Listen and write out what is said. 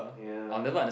ya